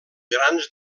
grans